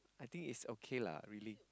I think is okay lah really